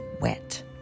wet